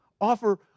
Offer